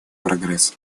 прогресс